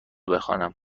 بخوانم